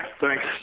Thanks